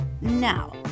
Now